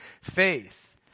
faith